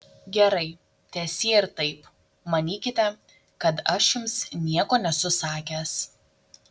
gerai teesie ir taip manykite kad aš jums nieko nesu sakęs